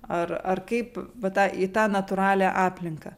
ar ar kaip va tą į tą natūralią aplinką